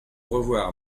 revoir